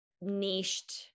niched